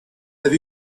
have